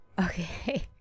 Okay